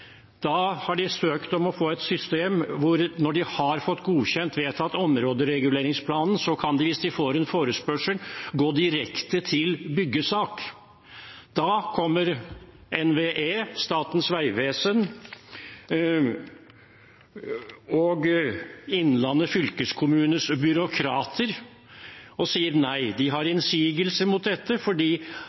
har søkt om å få et system hvor de kan, når de har fått godkjent vedtatt områdereguleringsplan, og hvis de får en forespørsel, gå direkte til byggesak. Da kommer NVE, Statens vegvesen og Innlandet fylkeskommunes byråkrater og sier nei. De har innsigelser mot dette fordi